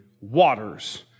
waters